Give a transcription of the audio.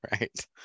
Right